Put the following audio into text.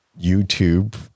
YouTube